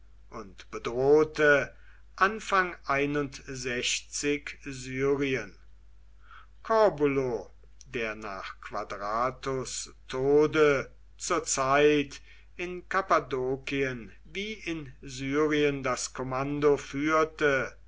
und bedrohte syrien corbulo der nach quadratus tode zur zeit in kappadokien wie in syrien das kommando führte